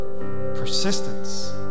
Persistence